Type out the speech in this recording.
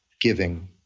giving